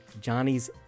Johnny's